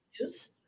news